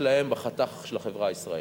מאחוזי האוכלוסייה שלהם בחתך של החברה הישראלית.